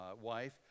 wife